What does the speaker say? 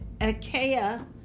Achaia